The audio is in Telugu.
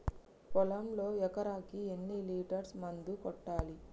పొలంలో ఎకరాకి ఎన్ని లీటర్స్ మందు కొట్టాలి?